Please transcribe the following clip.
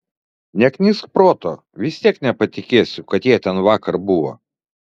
neknisk proto vis tiek nepatikėsiu kad jie ten vakar buvo